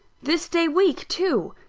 this day week too!